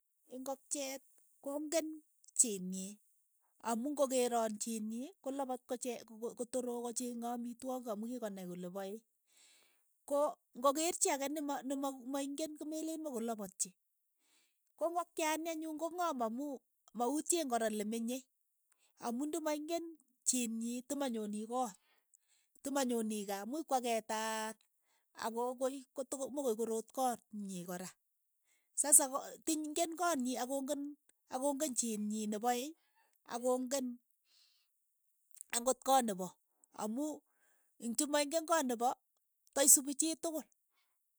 Ingokchiet kongen chiit chii, amu kongerook chiit nyii, kolapat koche kotorok kochenge amitwogik amu kikonai kole pae, ko ngokeer chii ake ne ma- ma- ma ingen ko meleen ma kolapatchi, ko ingokchani anyun ko ng'am amu mautyeen kora le menye, amu ndi ma ing'en chiit nyii temanyoni koot, temanyonii kaa, imuuch kwaketaat ako koi kotoko mu koi koroot koo nyii kora, sasa ko tiny ingen koot nyii ako ng'en ako ng'en chiit nyii nepae akong'en ang'ot koot nepo, amu ntimaingen koot nepo, taisupi chitukul.